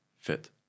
fit